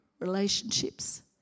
relationships